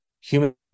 human